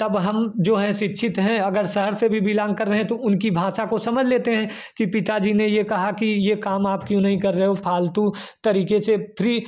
तब हम जो हैं शिक्षित हैं अगर शहर से भी बिलॉग कर रहें तो उनकी भाषा को समझ लेते हैं कि पिता जी ने यह कहा कि यह काम आप क्यों नहीं कर रहे हो फालतू तरीके से फ़्री